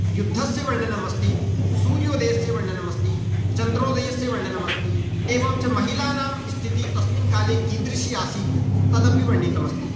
युद्धस्य वर्णनमस्ति सूर्योदयस्य वर्णनमस्ति चन्द्रोदयस्य वर्णनमस्ति एवं च महिलानां स्थितिः तस्मिन् काले कीदृशी आसीत् तदपि वर्णितम् अस्ति